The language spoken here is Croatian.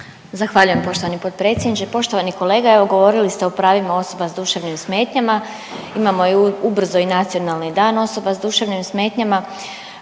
Zahvaljujem poštovani potpredsjedniče, poštovani kolega, evo, govorili ste o pravima osoba s duševnim smetnjama, imamo i ubrzo i Nacionalni dan osoba s duševnim smetnjama.